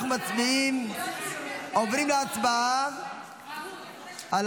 כאמור, אנחנו עוברים להצבעה על